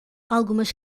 algumas